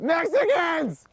Mexicans